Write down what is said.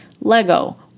Lego